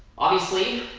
obviously,